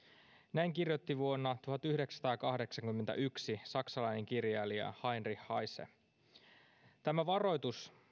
näin kirjoitti vuonna tuhatyhdeksänsataakahdeksankymmentäyksi saksalainen kirjailija heinrich heine tämä varoitus